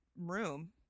room